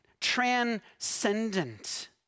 transcendent